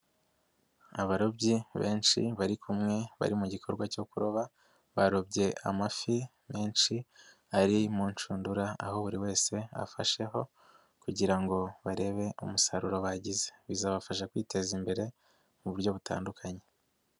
Abarobyi benshi bari kumwe bari mu gikorwa cyo kuroba, barobye amafi menshi ari mu nshundura, aho buri wese afasheho kugira ngo barebe umusaruro bagize. Bizabafasha kwiteza imbere mu buryo butandukanye.